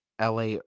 LA